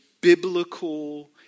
biblical